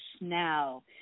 Now